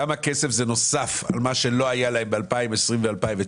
כמה כסף נוסף על מה שלא היה להם ב-2020 וב-2019?